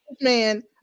man